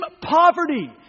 poverty